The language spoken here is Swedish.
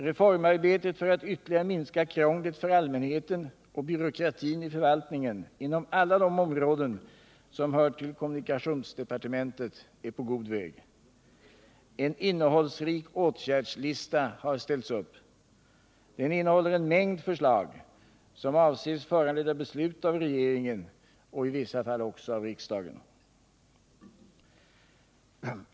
Reformarbetet för att ytterligare minska krånglet för allmänheten och byråkratin i förvaltningen inom alla de områden, som hör till kommunikationsdepartementet, är på god väg. En innehållsrik åtgärdslista har ställts upp. Den innehåller en mängd förslag, som avses föranleda beslut av regeringen och i vissa fall också av riksdagen.